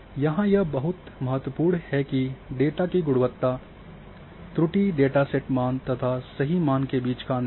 यहाँ यह बहुत महत्वपूर्ण है कि डेटा की गुणवत्ता त्रुटि डेटासेट मान तथा सही मान के बीच का अंतर है